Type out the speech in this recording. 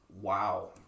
Wow